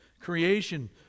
creation